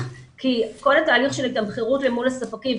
כי כל התהליך של תמחור אל מול הספקים,